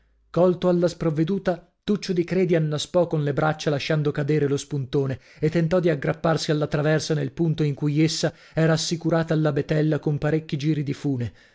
colto alla sprovveduta tuccio di credi annaspò con le braccia lasciando cadere lo spuntone e tentò di aggrapparsi alla traversa nel punto in cui essa era assicurata all'abetella con parecchi giri di fune